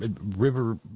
river